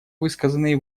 высказанные